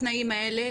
יש את התנאים האלה,